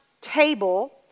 table